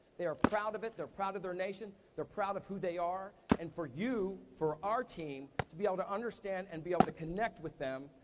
they are proud of it, they're proud of their nation, they're proud of who they are. and for you, for our team, to be able to understand and be able to connect with them,